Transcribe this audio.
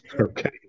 okay